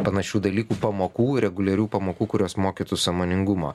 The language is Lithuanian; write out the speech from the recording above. panašių dalykų pamokų reguliarių pamokų kurios mokytų sąmoningumo